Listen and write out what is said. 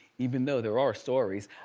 even though there are stories,